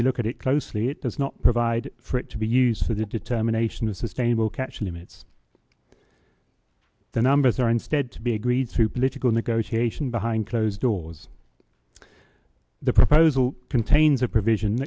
you look at it closely it does not provide for it to be used for the determination of sustainable catch limits the numbers are instead to be agreed to political negotiation behind closed doors the proposal contains a provision